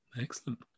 Excellent